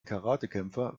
karatekämpfer